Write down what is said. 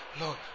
Lord